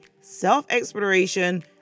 self-exploration